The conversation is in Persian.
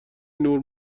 نور